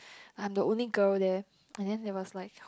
I am the only girl there and then there was like